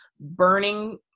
burning